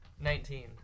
Nineteen